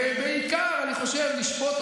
עומד על הדוכן, חבר הכנסת ליברמן.